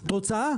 את רוצה?